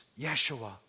Yeshua